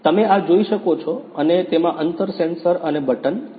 તમે આ જોઈ શકો છો અને તેમાં અંતર સેન્સર અને બટન છે